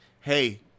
hey